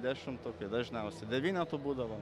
dešimtukai dažniausiai devynetų būdavo